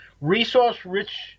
resource-rich